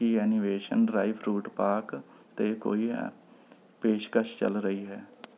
ਕੀ ਐਨੀਵੇਸ਼ਨ dry fruit pack 'ਤੇ ਕੋਈ ਪੇਸ਼ਕਸ਼ ਚੱਲ ਰਹੀ ਹੈ